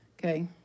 Okay